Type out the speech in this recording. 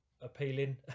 appealing